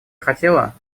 хотела